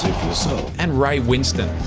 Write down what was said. and ray winstone.